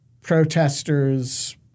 Protesters